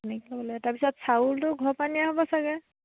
তাৰপিছত চাউলটো ঘৰৰ পৰা নিয়া হ'ব চাগে